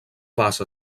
base